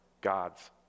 God's